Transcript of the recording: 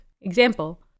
Example